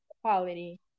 quality